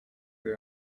they